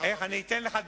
אני אתן לך דוגמה.